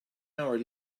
hour